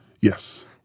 Yes